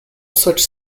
such